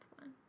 one